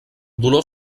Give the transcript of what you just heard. dolor